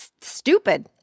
stupid